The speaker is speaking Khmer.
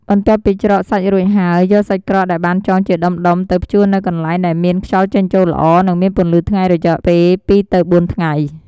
បន្ទាប់ពីច្រកសាច់រួចហើយ យកសាច់ក្រកដែលបានចងជាដុំៗ ទៅ ព្យួរនៅកន្លែងដែលមានខ្យល់ចេញចូលល្អ និងមានពន្លឺថ្ងៃ រយៈពេល ២-៤ ថ្ងៃ។